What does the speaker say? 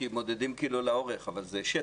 כי מודדים כאילו לאורך אבל זה שטח.